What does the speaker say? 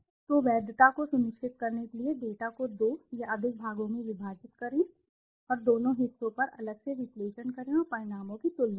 तो वैधता को सुनिश्चित करने के लिए डेटा को 2 या अधिक भागों में विभाजित करें और दोनों हिस्सों पर अलग से विश्लेषण करें और परिणामों की तुलना करें